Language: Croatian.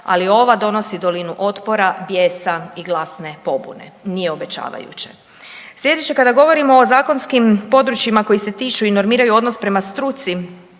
ali ova donosi dolinu otpora, bijesa i glasne pobude. Nije obećavajuće. Sljedeće, kada govorimo o zakonskim područjima koji se tiču i normiraju odnos prema struci,